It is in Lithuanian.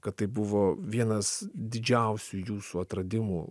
kad tai buvo vienas didžiausių jūsų atradimų